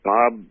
Bob